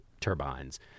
turbines